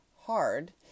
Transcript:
hard